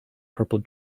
purple